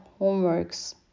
homeworks